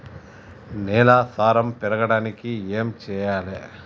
నేల సారం పెరగడానికి ఏం చేయాలి?